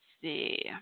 see